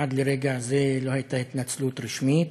עד לרגע זה לא הייתה התנצלות רשמית,